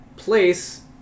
Place